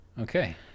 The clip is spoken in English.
okay